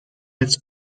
its